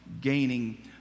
gaining